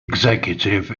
executive